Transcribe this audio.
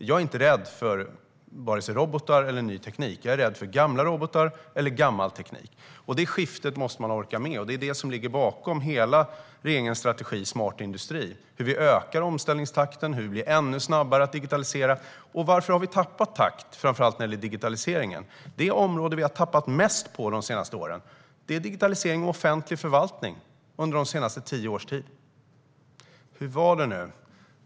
Jag är inte rädd för vare sig robotar eller ny teknik, utan jag är rädd för gamla robotar och gammal teknik. Detta skifte måste man orka med, och detta ligger bakom regeringens strategi Smart industri. Det handlar om hur vi ökar omställningstakten och hur vi digitaliserar ännu snabbare. Varför har vi tappat takt vad gäller framför allt digitaliseringen? Digitalisering av offentlig förvaltning är det område där vi har tappat mest under de senaste tio åren. Hur var det nu?